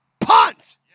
punt